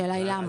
השאלה היא למה,